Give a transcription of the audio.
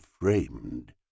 framed